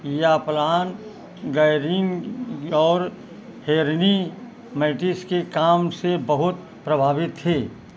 यह plan Guerin और हेरनी मैटिस के काम से बहुत प्रभावित थे